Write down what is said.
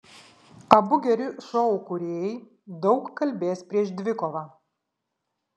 abu geri šou kūrėjai daug kalbės prieš dvikovą